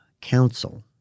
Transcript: council